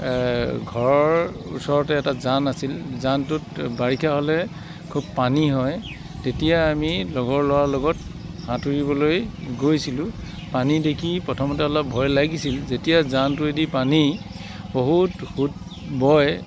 ঘৰৰ ওচৰতে এটা জান আছিল জানটোত বাৰিষা হ'লে খুব পানী হয় তেতিয়া আমি লগৰ ল'ৰাৰ লগত সাঁতুৰিবলৈ গৈছিলো পানী দেখি প্ৰথমতে অলপ ভয় লাগিছিল যেতিয়া জানটোৱেদি পানী বহুত সোঁত বয়